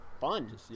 fun